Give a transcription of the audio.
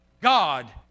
God